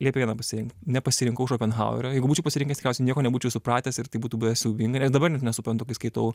liepė vieną pasirinkt nepasirinkau šopenhauerio jeigu būčiau pasirinkęs nieko nebūčiau supratęs ir tai būtų buvę siaubinga dabar net nesuprantu kai skaitau